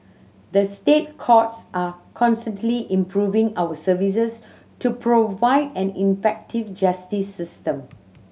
the State Courts are constantly improving our services to provide an effective justice system